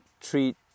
treat